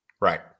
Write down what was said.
Right